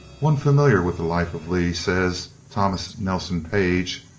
one familiar with the life of lee, says thomas nelson page,